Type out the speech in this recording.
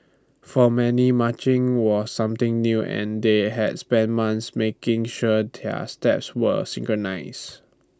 for many marching were something new and they had spent months making sure their steps were synchronised